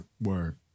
Word